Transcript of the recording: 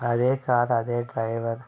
அதே கார் அதே டிரைவர்